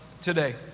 today